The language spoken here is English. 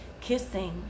kissing